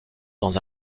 dans